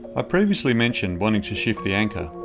i previously mentioned wanting to shift the anchor.